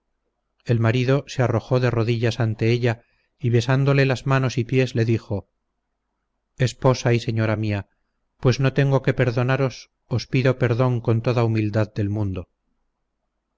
el marido se arrojó de rodillas ante ella y besándole las manos y pies le dijo esposa y señora mía pues no tengo que perdonaros os pido perdón con toda humildad del mundo